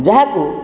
ଯାହାକୁ